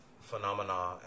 phenomena